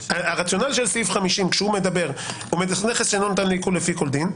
הרציונל של סעיף 50 --- "נכס שאינו ניתן לעיקול לפי כל דין",